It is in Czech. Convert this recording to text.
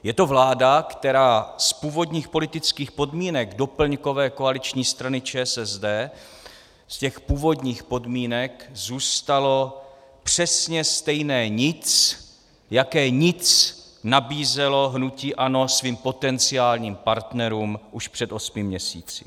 Je to vláda, které z původních politických podmínek doplňkové koaliční strany ČSSD, z těch původních podmínek zůstalo přesně stejné nic, jaké nic nabízelo hnutí ANO svým potenciálním partnerům už před osmi měsíci.